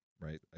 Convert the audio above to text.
Right